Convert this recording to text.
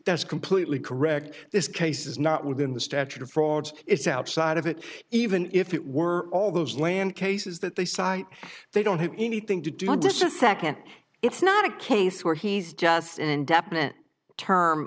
that's completely correct this case is not within the statute of frauds it's outside of it even if it were all those land cases that they cite they don't have anything to do not to second it's not a case where he's just an indefinite term